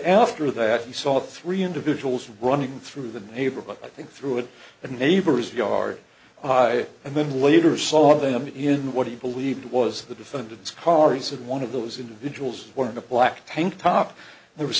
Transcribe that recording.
after that he saw three individuals running through the neighborhood i think through at the neighbor's yard and then later saw them in what he believed was the defendant's car he said one of those individuals were in a black tank top there was